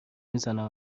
میزنم